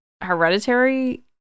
hereditary